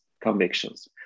convictions